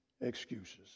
excuses